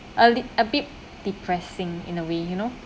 a li~ a bit depressing in a way you know